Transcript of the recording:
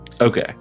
okay